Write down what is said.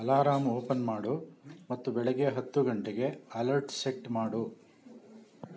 alarm open ಮಾಡು ಮತ್ತು ಬೆಳಗ್ಗೆ ಹತ್ತು ಗಂಟೆಗೆ ಅಲರ್ಟ್ ಸೆಟ್ ಮಾಡು